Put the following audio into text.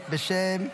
--- בשם,